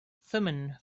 thummim